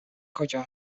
کجا